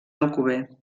alcover